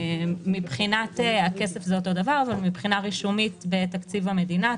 מבחינת הכסף זה אותו דבר אבל מבחינה רישומית בתקציב המדינה,